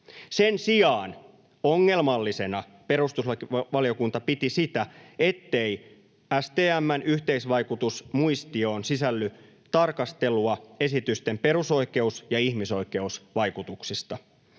Sen sijaan ongelmallisena perustuslakivaliokunta piti sitä, ettei STM:n yhteisvaikutusmuistioon sisälly tarkastelua esitysten perusoikeus- ja ihmisoikeusvaikutuksista.